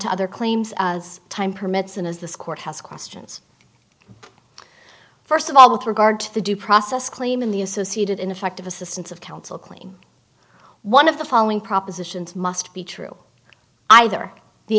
to other claims as time permits and as this court has questions first of all with regard to the due process claim in the associated ineffective assistance of counsel cleaning one of the following propositions must be true either the